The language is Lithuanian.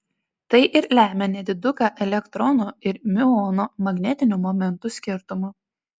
tai ir lemia nediduką elektrono ir miuono magnetinių momentų skirtumą